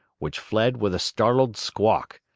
which fled with a startled squawk.